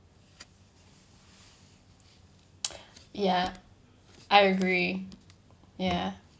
ya I agree ya